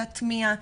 להטמיע,